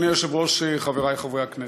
אדוני היושב-ראש, חברי חברי הכנסת,